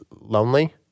lonely